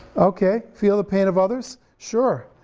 okay, feel the pain of others, sure.